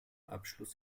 abschluss